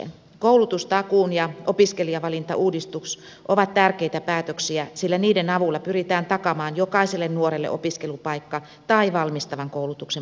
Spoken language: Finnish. koulutustakuu ja opiskelijavalintauudistus ovat tärkeitä päätöksiä sillä niiden avulla pyritään takaamaan jokaiselle nuorelle opiskelupaikka tai valmistavan koulutuksen paikka